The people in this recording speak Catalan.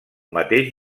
mateix